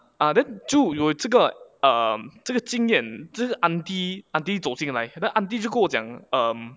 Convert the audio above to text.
ah then 就有这个 um 这个经验就是 auntie auntie 走进来 then auntie 就跟我讲 um